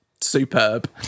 superb